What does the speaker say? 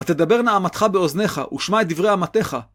תדבר נעמתך באוזנך, ושמע את דברי אמתך